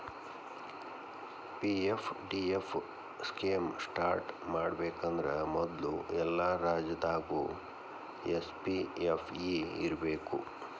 PFDF scheme start ಮಾಡಬೇಕಂದ್ರ ಮೊದ್ಲು ಎಲ್ಲಾ ರಾಜ್ಯದಾಗು ಎಸ್.ಪಿ.ಎಫ್.ಇ ಇರ್ಬೇಕು